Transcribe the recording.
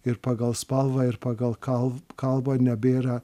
ir pagal spalvą ir pagal kalb kalbą nebėra